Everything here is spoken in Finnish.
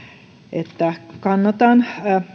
että kannatan